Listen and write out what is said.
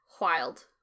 wild